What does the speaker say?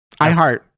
iHeart